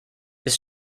ist